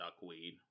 duckweed